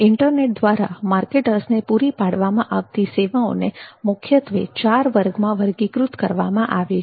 internet દ્વારા માર્કેટર્સને પૂરી પાડવામાં આવતી સેવાઓને મુખ્યત્વે ચાર વર્ગમાં વર્ગીકૃત કરવામાં આવે છે